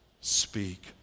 speak